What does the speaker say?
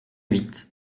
huit